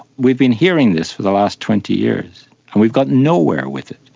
we've been hearing this for the last twenty years and we've got nowhere with it.